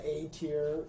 A-tier